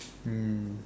mm